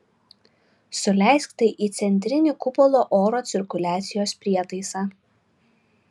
suleisk tai į centrinį kupolo oro cirkuliacijos prietaisą